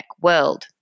world